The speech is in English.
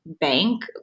bank